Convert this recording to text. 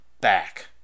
back